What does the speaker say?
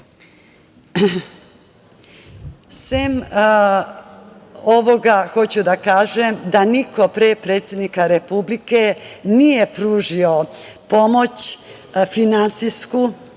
ovog, hoću da kažem da niko pre predsednika republike nije pružio pomoć finansijsku,